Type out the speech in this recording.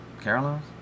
Caroline's